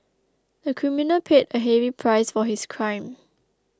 the criminal paid a heavy price for his crime